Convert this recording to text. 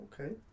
okay